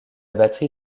batterie